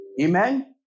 Amen